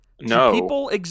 No